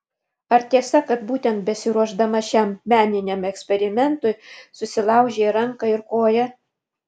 ar tiesa kad būtent besiruošdama šiam meniniam eksperimentui susilaužei ranką ir koją